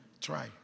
try